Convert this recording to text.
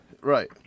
Right